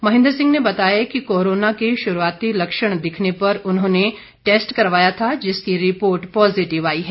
महेन्द्र सिंह ने बताया कि कोरोना के शुरूआती लक्षण दिखने पर उन्होंने टैस्ट करवाया था जिसकी रिपोर्ट पॉज़िटिव आई है